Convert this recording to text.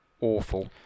Awful